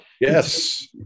yes